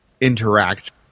interact